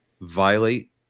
violate